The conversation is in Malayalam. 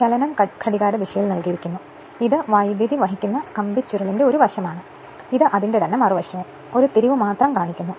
ചലനം ഘടികാരദിശയിൽ നൽകിയിരിക്കുന്നു ഇത് വൈദ്യുതി വഹിക്കുന്ന കമ്പിച്ചുരുളിന്റെ ഒരു വശമാണ് ഇത് അതിന്റെ തന്നെ മറുവശവും ഒരു തിരിവ് മാത്രം കാണിക്കുന്നു